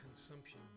consumption